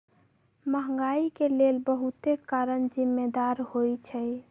महंगाई के लेल बहुते कारन जिम्मेदार होइ छइ